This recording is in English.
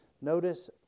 Notice